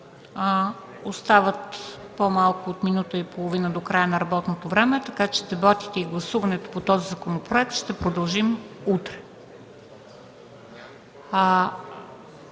остава по-малко от минута и половина до края на работното време, така че с дебатите и гласуването по този законопроект ще продължим утре.